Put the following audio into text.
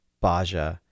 baja